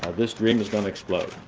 ah this dream is going explode